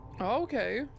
Okay